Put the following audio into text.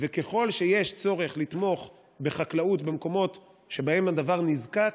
וככל שיש צורך לתמוך בחקלאות במקומות שבהם הדבר נזקק,